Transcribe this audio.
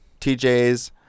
TJ's